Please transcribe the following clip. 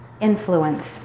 influence